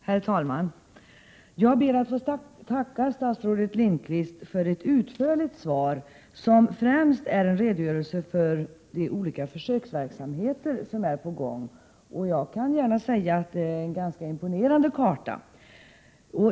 Herr talman! Jag ber att få tacka statsrådet Lindqvist för ett utförligt svar, som främst är en redogörelse för de olika pågående försöksverksamheterna. Det kan medges att det är en ganska imponerande karta.